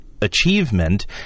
achievement